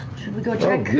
should we go check? yeah